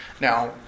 Now